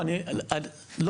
לשמחתי.